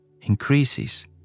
increases